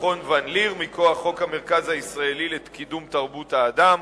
מכון ון-ליר מכוח חוק המרכז הישראלי לקידום תרבות האדם,